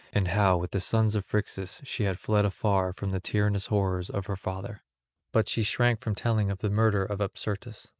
and how with the sons of phrixus she had fled afar from the tyrannous horrors of her father but she shrank from telling of the murder of apsyrtus.